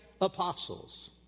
apostles